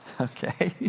okay